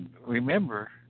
remember